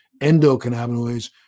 endocannabinoids